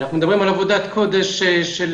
אנחנו מדברים על עבודת קודש של